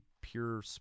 pure